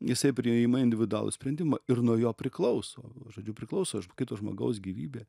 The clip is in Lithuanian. jisai priima individualų sprendimą ir nuo jo priklauso žodžiu priklauso kito žmogaus gyvybė